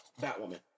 Batwoman